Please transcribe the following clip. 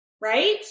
Right